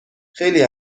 خیلی